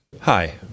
Hi